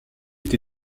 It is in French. été